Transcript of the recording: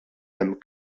hemm